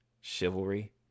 chivalry